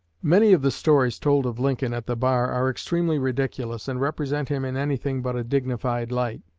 many of the stories told of lincoln at the bar are extremely ridiculous, and represent him in anything but a dignified light.